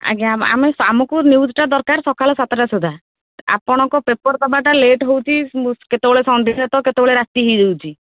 ଆଜ୍ଞା ଆମେ ଆମକୁ ନିୟୁଜ୍ଟା ଦରକାର ସକାଳ ସାତଟା ସୁଧା ଆପଣଙ୍କ ପେପର୍ ଦେବାଟା ଲେଟ୍ ହେଉଛି କେତେବେଳେ ସନ୍ଧ୍ୟା ତ କେତେବେଳେ ରାତି ହେଇଯାଉଛି